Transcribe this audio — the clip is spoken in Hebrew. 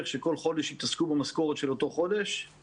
שכל חודש התעסקו במשכורת של אותו חודש,